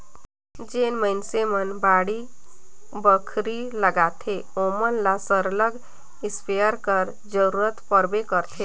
जेन मइनसे मन बाड़ी बखरी लगाथें ओमन ल सरलग इस्पेयर कर जरूरत परबे करथे